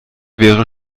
wäre